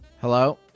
Hello